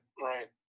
right